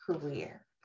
career